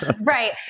right